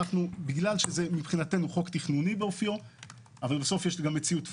בגלל שמבחינתנו זה חוק תכנוני באופיו אבל בסוף יש גם מציאות פיזית,